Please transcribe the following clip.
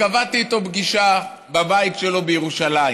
קבעתי איתו פגישה בבית שלו בירושלים,